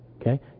Okay